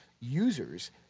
users